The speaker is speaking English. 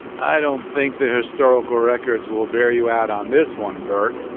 i don't think the historical records will bear you out on this one, bert.